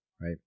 right